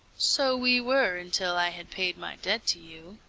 so we were until i had paid my debt to you.